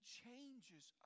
changes